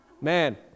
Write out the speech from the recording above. Man